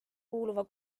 kuuluva